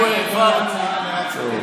אנחנו העברנו, יאללה, כל דבר,